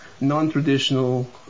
non-traditional